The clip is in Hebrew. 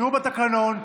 תקראו בתקנון,